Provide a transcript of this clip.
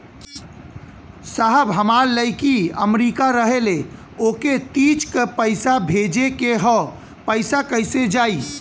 साहब हमार लईकी अमेरिका रहेले ओके तीज क पैसा भेजे के ह पैसा कईसे जाई?